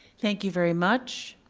thank you very much,